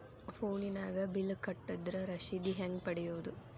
ಫೋನಿನಾಗ ಬಿಲ್ ಕಟ್ಟದ್ರ ರಶೇದಿ ಹೆಂಗ್ ಪಡೆಯೋದು?